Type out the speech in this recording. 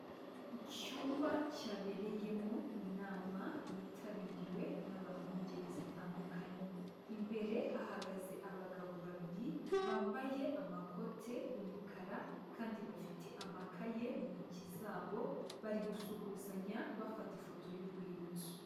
Icyumba cyabereyemo inama yitabiriwe n'abantu b'ingeri zitandukanye. Imbere hahagaze abagabo babiri bambaye amakote y'umukara kandi bafite amakaye mu ntoki zabo, bari gusuhuzanya bafata ifoto y'urwibutso.